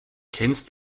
kennst